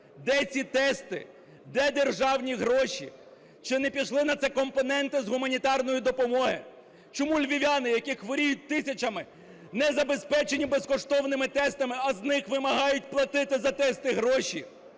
Де ці тести? Де державні гроші? Чи не пішли на це компоненти з гуманітарної допомоги? Чому львів'яни, які хворіють тисячами, не забезпечені безкоштовними тестами, а з них вимагають платити за тести гроші?